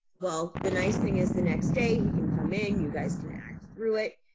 well, the nice thing is the next day he can come in you guys can act through it.